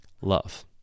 love